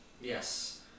Yes